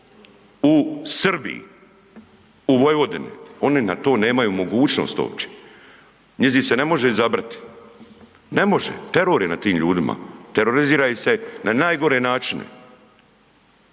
u Srbiji, u Vojvodini, oni na to nemaju mogućnost uopće. Njizi se ne može izabrati, ne može, teror ne na tim ljudima, terorizira ih se na najgore načine.